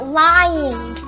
lying